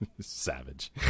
Savage